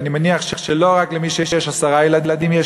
ואני מניח שלא רק למי שיש עשרה ילדים יש